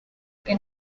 que